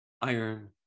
iron